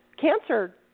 cancer